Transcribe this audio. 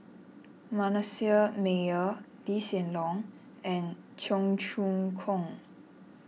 Manasseh Meyer Lee Hsien Loong and Cheong Choong Kong